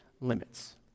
limits